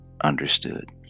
understood